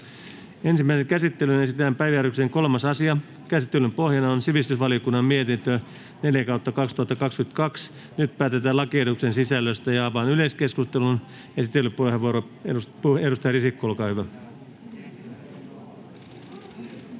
Ensimmäiseen käsittelyyn esitellään päiväjärjestyksen 3. asia. Käsittelyn pohjana on sivistysvaliokunnan mietintö SiVM 4/2022 vp. Nyt päätetään lakiehdotuksen sisällöstä. — Avaan yleiskeskustelun. Esittelypuheenvuoro, edustaja Risikko, olkaa hyvä. Arvoisa